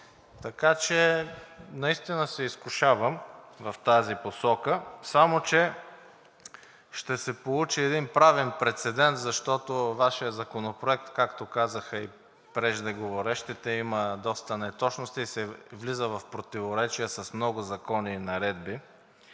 Така че наистина се изкушавам в тази посока. Само че ще се получи един правен прецедент, защото Вашият законопроект, както казаха и преждеговорившите, има доста неточности и се влиза в противоречие с много закони и наредби.